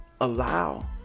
allow